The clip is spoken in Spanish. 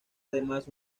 además